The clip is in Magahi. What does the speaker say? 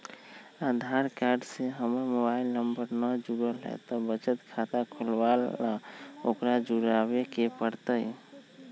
आधार कार्ड से हमर मोबाइल नंबर न जुरल है त बचत खाता खुलवा ला उकरो जुड़बे के पड़तई?